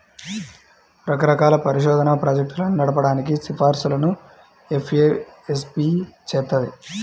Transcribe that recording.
రకరకాల పరిశోధనా ప్రాజెక్టులను నడపడానికి సిఫార్సులను ఎఫ్ఏఎస్బి చేత్తది